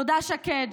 תודה, שקד,